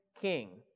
king